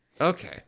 Okay